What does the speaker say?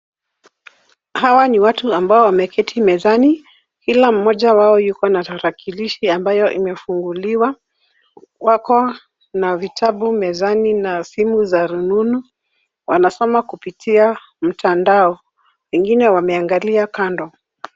Hawa ni watu ambao wameketi mezani. Kila mmoja wao yuko na tarakilishi ambayo imefunguliwa. Wako na vitabu mezani na simu za rununu. Wanasoma kupitia mtandao. Wengine wameangalia kando.